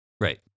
Right